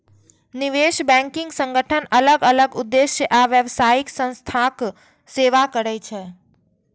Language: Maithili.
निवेश बैंकिंग संगठन अलग अलग उद्देश्य आ व्यावसायिक संस्थाक सेवा करै छै